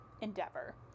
endeavor